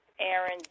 Aaron